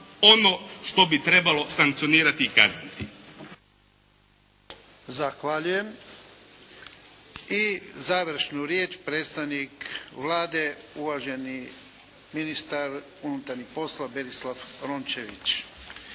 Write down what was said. ono što bi trebalo sankcionirati i kazniti.